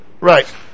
Right